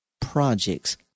projects